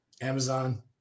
Amazon